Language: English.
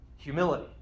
Humility